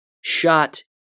shot